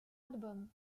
album